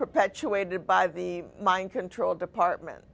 perpetuated by the mind control department